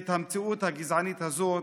את המציאות הגזענית הזאת